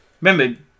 Remember